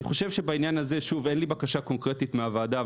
אני חושב שבעניין הזה אין לי בקשה קונקרטית מהוועדה,